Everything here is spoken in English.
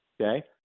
okay